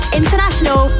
international